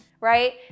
right